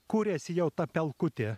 kuriasi jau ta pelkutė